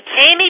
Amy